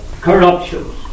Corruptions